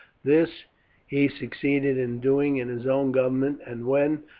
this he succeeded in doing in his own government, and when,